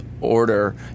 order